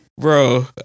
Bro